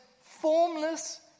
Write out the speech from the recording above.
formless